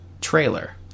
trailer